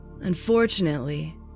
Unfortunately